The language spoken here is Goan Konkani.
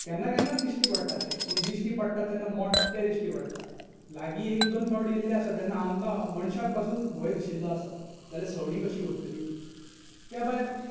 केन्ना केन्नात दिश्टी पडटा तें पूण दिश्टी पडटा तेन्ना मोट्टें दिश्टी पडटा लागी एक दोन फावट येयल्ले आसा तेन्ना आमकां मनशाक पासून भंय दिशिल्लो आसा जाल्यार सवणी कशीं उरतलीं त्या भायर